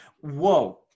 Whoa